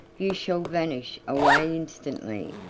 you shall vanish away instantly,